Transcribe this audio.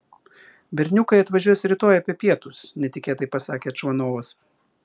berniukai atvažiuos rytoj apie pietus netikėtai pasakė čvanovas